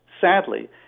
sadly